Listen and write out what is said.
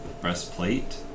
breastplate